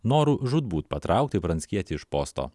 noru žūtbūt patraukti pranckietį iš posto